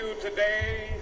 today